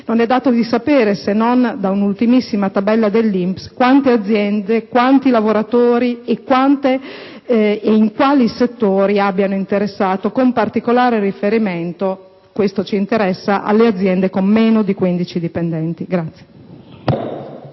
non è dato di sapere, se non da un'ultimissima tabella dell'INPS, quante aziende, quanti lavoratori e quali settori abbiano interessato, con particolare riferimento (questo ci interessa) alle aziende con meno di 15 dipendenti.